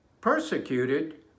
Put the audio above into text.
Persecuted